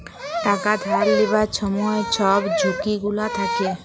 টাকা ধার লিবার ছময় ছব ঝুঁকি গুলা থ্যাকে